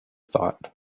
thought